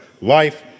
life